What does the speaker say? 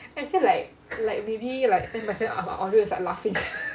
I feel like maybe like ten percent of our audio is like laughing